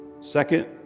Second